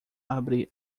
abrir